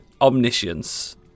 omniscience